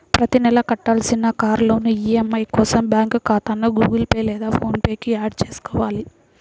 ప్రతి నెలా కట్టాల్సిన కార్ లోన్ ఈ.ఎం.ఐ కోసం బ్యాంకు ఖాతాను గుగుల్ పే లేదా ఫోన్ పే కు యాడ్ చేసుకోవాలి